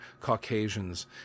Caucasians